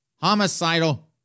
homicidal